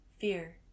fear